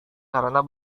karena